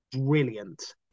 brilliant